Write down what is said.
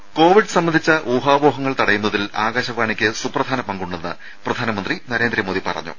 ടെട്ടി Covid സംബന്ധിച്ച ഊഹാപോഹങ്ങൾ തടയുന്നതിൽ ആകാശവാണിയ്ക്ക് സുപ്രധാന പങ്കുണ്ടെന്ന് പ്രധാനമന്ത്രി നരേന്ദ്രമോദി പറഞ്ഞു